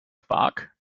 quark